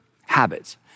habits